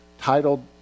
titled